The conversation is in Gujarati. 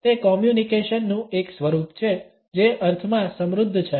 તે કોમ્યુનિકેશનનું એક સ્વરૂપ છે જે અર્થમાં સમૃદ્ધ છે